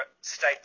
state